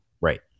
Right